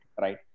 right